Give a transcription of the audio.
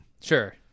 Sure